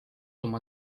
oma